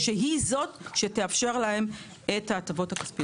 שהיא זו שתאפשר להם את ההטבות הכספיות.